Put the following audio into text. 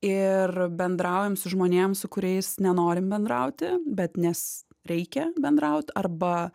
ir bendraujam su žmonėm su kuriais nenorim bendrauti bet nes reikia bendraut arba